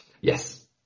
Yes